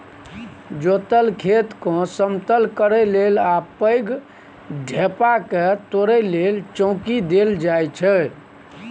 जोतल खेतकेँ समतल करय लेल आ पैघ ढेपाकेँ तोरय लेल चौंकी देल जाइ छै